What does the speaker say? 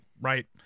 right